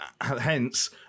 hence